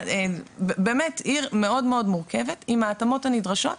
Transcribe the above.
באמת עיר מאוד מאוד מורכבת עם ההתאמות הנדרשות,